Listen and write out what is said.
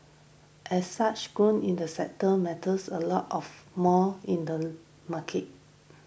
as such growth in the sector matters a lot of more in the market